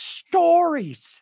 stories